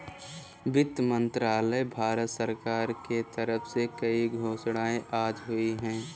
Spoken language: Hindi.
वित्त मंत्रालय, भारत सरकार के तरफ से कई घोषणाएँ आज हुई है